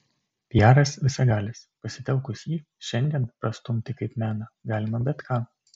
piaras visagalis pasitelkus jį šiandien prastumti kaip meną galima bet ką